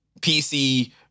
PC